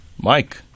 Mike